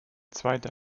zweite